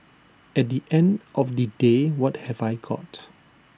at the end of the day what have I got